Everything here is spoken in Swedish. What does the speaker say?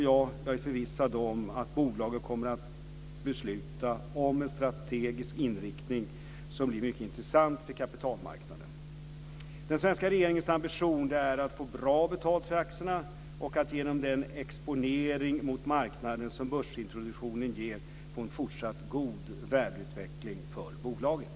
Jag är förvissad om att bolaget kommer att besluta om en strategisk inriktning som blir mycket intressant för kapitalmarknaden. Den svenska regeringens ambition är att få bra betalt för aktierna och att genom den exponering mot marknaden som börsintroduktionen ger få en fortsatt god värdeutveckling för bolaget.